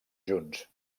junts